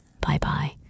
Bye-bye